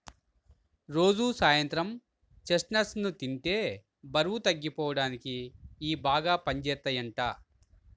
రోజూ సాయంత్రం చెస్ట్నట్స్ ని తింటే బరువు తగ్గిపోడానికి ఇయ్యి బాగా పనిజేత్తయ్యంట